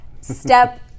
step